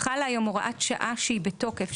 חלה היום הוראת שעה שהיא בתוקף,